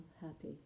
happy